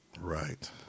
Right